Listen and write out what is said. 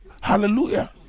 hallelujah